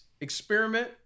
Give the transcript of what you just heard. experiment